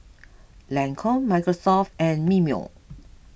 Lancome Microsoft and Mimeo